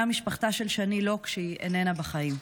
משפחתה של שני לוק שהיא איננה בחיים.